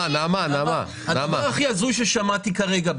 זה הדבר הכי הזוי ששמעתי כרגע,